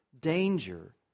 danger